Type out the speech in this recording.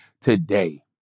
today